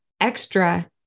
extra